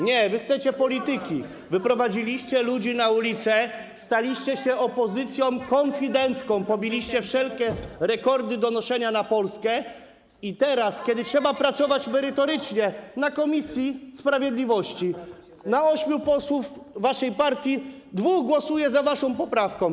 Nie, wy chcecie polityki, wyprowadziliście ludzi na ulicę, staliście się opozycją konfidencką, pobiliście wszelkie rekordy donoszenia na Polskę i teraz, kiedy trzeba pracować merytorycznie na posiedzeniu komisji sprawiedliwości, na ośmiu posłów waszej partii dwóch głosuje za waszą poprawką.